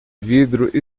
vidro